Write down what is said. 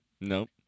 Nope